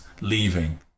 leaving